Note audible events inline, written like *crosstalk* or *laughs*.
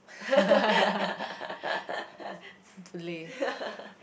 *laughs*